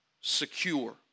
secure